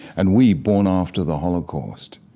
and we, born after the holocaust,